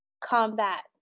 combat